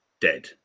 dead